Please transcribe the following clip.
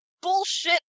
Bullshit